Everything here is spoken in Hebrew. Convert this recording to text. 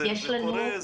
זה קורה?